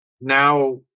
now